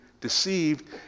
deceived